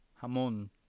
hamon